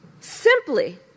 simply